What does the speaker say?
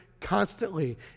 constantly